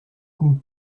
coup